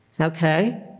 Okay